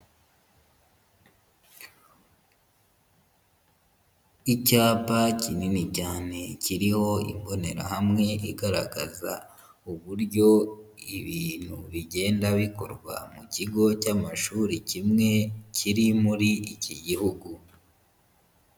Icyapa kinini cyane kiriho imbonerahamwe igaragaza uburyo ibintu bigenda bikorwa mu kigo cy'amashuri kimwe kiri muri iki Gihugu.